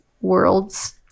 worlds